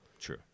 True